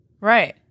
Right